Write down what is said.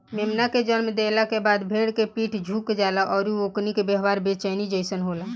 मेमना के जनम देहला के बाद भेड़ के पीठ झुक जाला अउरी ओकनी के व्यवहार बेचैनी जइसन होला